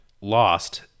lost